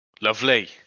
Lovely